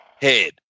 head